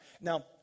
Now